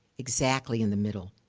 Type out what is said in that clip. exactly in the middle.